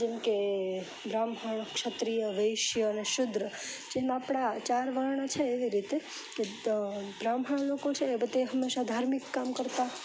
જેમકે બ્રાહ્મણ ક્ષત્રિય વૈશ્ય અને શુદ્ર જે આપણા ચાર વર્ણ છે એવી રીતે બ્રાહ્મણ લોકો છે બધે હંમેશા ધાર્મિક કામ કરતા